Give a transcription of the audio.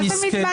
מה אתה מתבריין?